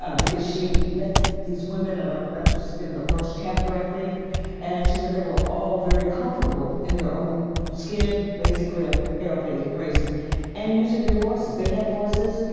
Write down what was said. ah because she met these women ah that was in the first chapter, i think and she says they were all very comfortable in their own skin basically, i'm paraphrasing. and using their voices. they had voices,